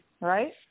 Right